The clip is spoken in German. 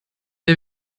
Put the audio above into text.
der